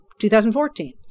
2014